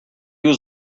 was